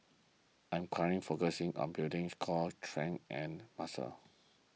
I'm current focusing on building core strength and muscle